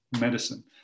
medicine